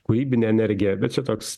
kūrybine energija bet čia toks